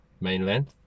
mainland